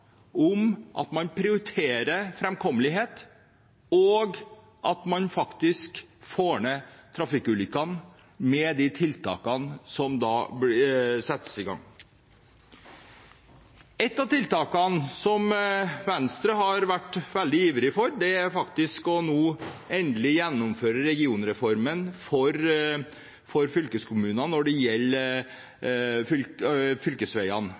om at man prioriterer framkommelighet, og at man faktisk får ned antallet trafikkulykker med de tiltakene som settes i gang. Et av tiltakene som Venstre har ivret veldig for, er å endelig gjennomføre regionreformen for fylkeskommunene når det gjelder fylkesveiene.